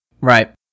Right